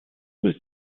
was